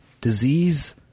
disease